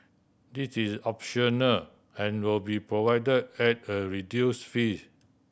this is optional and will be provide at a reduce fee